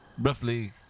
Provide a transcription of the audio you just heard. Roughly